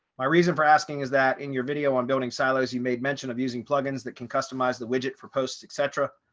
my reason for asking is that in your video on building silos, you made mention of using plugins that can customize the widget for posts etc.